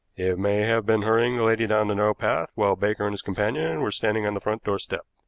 may have been hurrying the lady down the narrow path while baker and his companion were standing on the front door step.